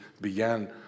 began